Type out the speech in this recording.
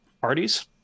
Parties